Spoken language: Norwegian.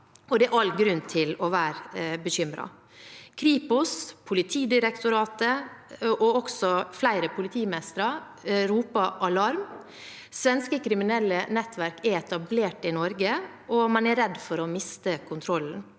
det er all grunn til å være bekymret. Kripos, Politidirektoratet og også flere politimestre roper alarm. Svenske kriminelle nettverk er etablert i Norge, og man er redd for å miste kontrollen.